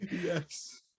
Yes